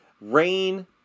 Rain